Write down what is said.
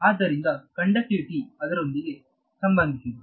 ಆದ್ದರಿಂದ ಕಂಡಕ್ಟಿವಿಟಿ ಅದರೊಂದಿಗೆ ಸಂಬಂಧಿಸಿದೆ